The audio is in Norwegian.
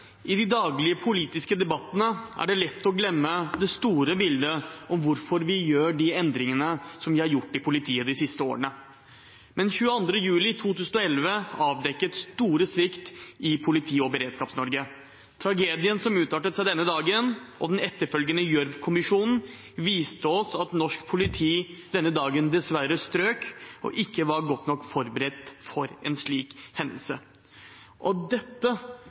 det lett å glemme det store bildet om hvorfor vi har gjort de endringene i politiet som vi har gjort de siste årene. Men 22. juli 2011 avdekket stor svikt i Politi- og Beredskaps-Norge. Tragedien som utspilte seg denne dagen, og den etterfølgende Gjørv-kommisjonen viste oss at norsk politi denne dagen dessverre strøk og ikke var godt nok forberedt for en slik hendelse. Dette